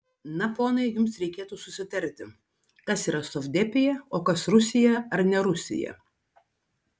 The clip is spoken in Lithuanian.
na ponai jums reikėtų susitarti kas yra sovdepija o kas rusija ar ne rusija